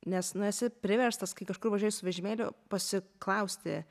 nes nu esi priverstas kai kažkur važiuoji su vežimėliu pasiklausti